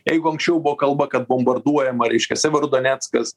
jeigu anksčiau buvo kalba kad bombarduojama raiškia severodonetsas